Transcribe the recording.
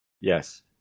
Yes